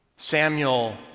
Samuel